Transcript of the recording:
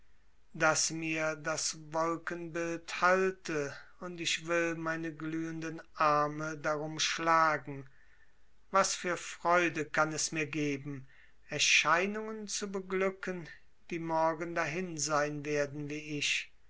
daß mir das wolkenbild halte und ich will meine glühenden arme darum schlagen was für freude kann es mir geben erscheinungen zu beglücken die morgen dahin sein werden wie ich